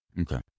Okay